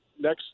next